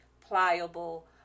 pliable